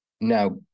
Now